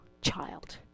child